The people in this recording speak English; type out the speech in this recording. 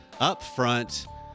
upfront